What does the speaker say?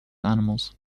animals